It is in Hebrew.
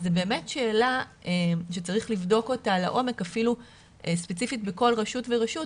זו באמת שאלה שצריך לבדוק אותה לעומק אפילו ספציפית בכל רשות ורשות,